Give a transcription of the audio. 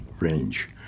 range